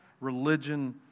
religion